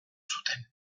zuten